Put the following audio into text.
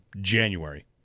January